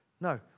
No